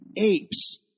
apes